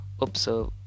observe